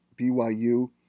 BYU